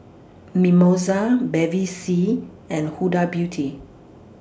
Mimosa Bevy C and Huda Beauty